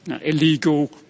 illegal